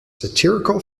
satirical